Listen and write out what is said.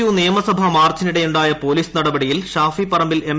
U നിയമസഭാ മാർച്ചിനിടെയുണ്ടായ police നടപടിയിൽ ഷാഫി പറമ്പിൽ എം